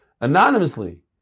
anonymously